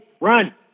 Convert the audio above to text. Run